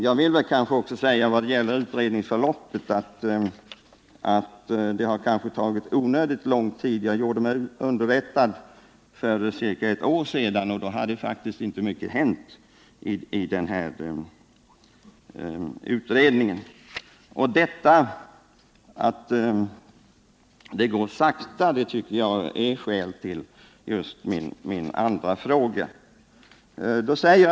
I fråga om utredningsförloppet vill jag ändock säga att utredningen detta till trots har tagit onödigt lång tid. Jag gjorde mig underrättad om förloppet för ca ett år sedan, och då hade faktiskt inte mycket hänt i utredningen. Det faktum att det går sakta tycker jag ger belägg för angelägenheten av min andra fråga.